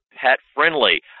pet-friendly